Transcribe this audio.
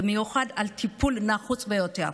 במיוחד על טיפול נחוץ ביותר.